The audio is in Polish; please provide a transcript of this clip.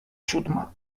siódma